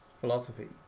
philosophy